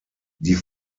die